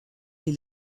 les